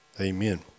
amen